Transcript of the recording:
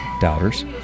doubters